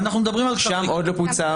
שם עוד לא בוצע.